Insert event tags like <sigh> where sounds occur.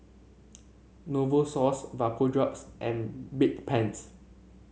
Novosource Vapodrops and <unintelligible> <noise> Bedpans